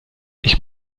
ich